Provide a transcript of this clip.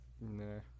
Nah